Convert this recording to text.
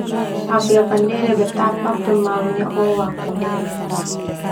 Au be afandele betapa pemalu nya oh waktu ndia.